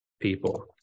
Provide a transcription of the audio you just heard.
people